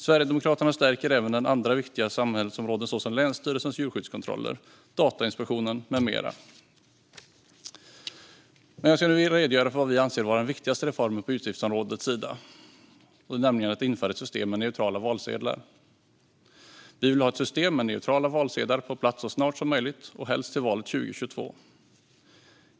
Sverigedemokraterna stärker även andra viktiga samhällsområden såsom länsstyrelsernas djurskyddskontroller, Datainspektionen med mera. Jag ska nu redogöra för vad vi anser vara den viktigaste reformen på utgiftsområdets sida, nämligen att införa ett system med neutrala valsedlar. Vi vill ha ett system med neutrala valsedlar på plats så snart som möjligt, helst till valet 2022.